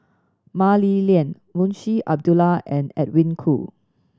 Mah Li Lian Munshi Abdullah and Edwin Koo